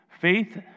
faith